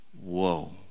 whoa